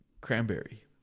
Cranberry